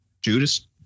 Judas